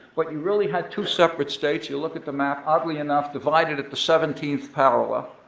but you really had two separate states. you look at the map, oddly enough, divided at the seventeenth parallel.